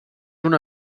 una